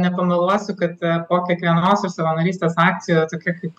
nepameluosiu kad po kiekvienos iš savanorystės akcijų tokia kaip